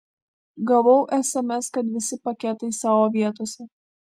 gavau sms kad visi paketai savo vietose